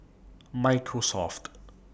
Microsoft